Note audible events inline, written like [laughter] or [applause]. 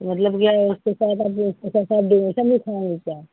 मतलब क्या उसके साथ आप उसके साथ देंगे क्या [unintelligible]